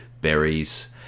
berries